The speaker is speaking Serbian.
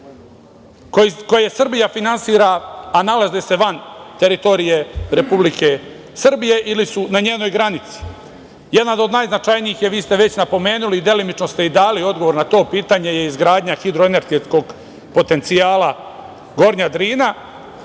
koje Srbija finansira, a nalaze se van teritorije Republike Srbije ili su na njenoj granici. Jedan od najznačajnijih, vi ste već napomenuli delimično ste i dali odgovor na to pitanje je izgradnja hidroenergetskog potencijala "Gornja Drina"